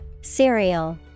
cereal